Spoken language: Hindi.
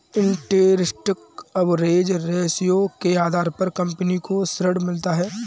इंटेरस्ट कवरेज रेश्यो के आधार पर कंपनी को ऋण मिलता है